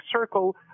circle